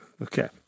Okay